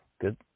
Good